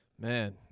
Man